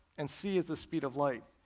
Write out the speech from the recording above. and c is the speed of light.